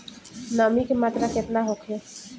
नमी के मात्रा केतना होखे?